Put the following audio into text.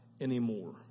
anymore